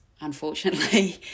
unfortunately